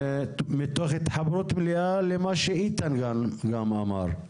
מתוך התחברות מלאה למה שאיתן גם אמר,